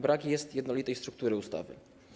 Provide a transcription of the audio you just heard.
Brak jest jednolitej struktury ustawy.